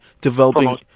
developing